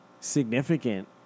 significant